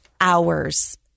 hours